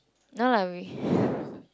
no lah we